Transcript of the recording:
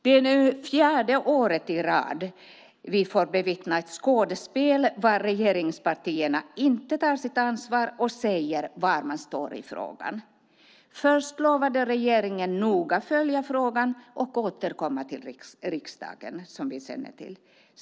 Det är nu fjärde året i rad som vi får bevittna ett skådespel där regeringspartierna inte tar sitt ansvar och säger var de står i frågan. Först lovade regeringen att noga följa frågan och återkomma till riksdagen.